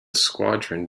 squadron